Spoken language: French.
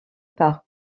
par